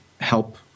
help